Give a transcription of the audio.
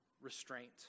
restraint